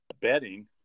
betting